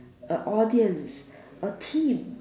a audience a team